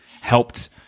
helped